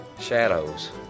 Shadows